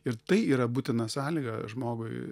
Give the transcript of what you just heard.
ir tai yra būtina sąlyga žmogui